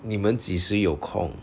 你们几时有空